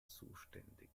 zuständig